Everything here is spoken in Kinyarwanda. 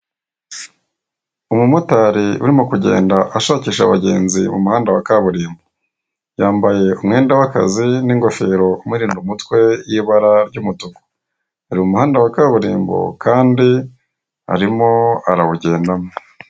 Umumotari urimo kugenda ashakisha abagenzi mumuhanda wa kaburimbo, yambaye umwenda wakanzi na ingofero imurinda umutwe ya ibara rya umutuku. Ari mumuhanda wa kaburimbo kandi arimo arawugendamo.